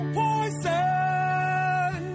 poison